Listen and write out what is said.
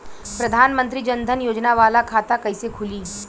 प्रधान मंत्री जन धन योजना वाला खाता कईसे खुली?